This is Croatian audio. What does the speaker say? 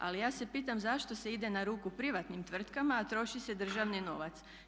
Ali ja se pitam zašto se ide na ruku privatnim tvrtkama, a troši se državni novac.